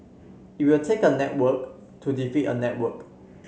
it will take a network to defeat a network